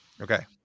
okay